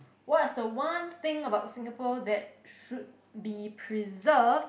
what's the one thing about Singapore that should be preserved